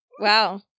Wow